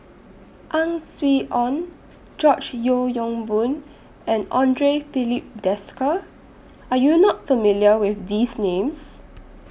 Ang Swee Aun George Yeo Yong Boon and Andre Filipe Desker Are YOU not familiar with These Names